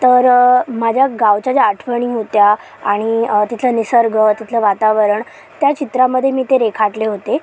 तर माझ्या गावच्या ज्या आठवणी होत्या आणि तिथला निसर्ग तिथलं वातावरण त्या चित्रामध्ये मी ते रेखाटले होते